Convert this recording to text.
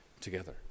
together